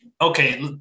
okay